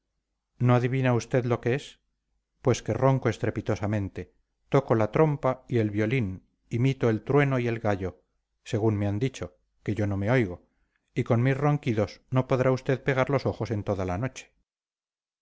no adivina usted lo que es pues que ronco estrepitosamente toco la trompa y el violín imito el trueno y el gallo según me han dicho que yo no me oigo y con mis ronquidos no podrá usted pegar los ojos en toda la noche